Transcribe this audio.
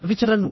రవిచంద్రన్ ను